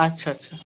আচ্ছা আচ্ছা